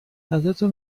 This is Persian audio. ازتون